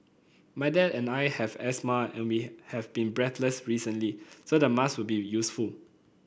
my dad and I have asthma and we have been breathless recently so the mask will be useful